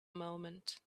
moment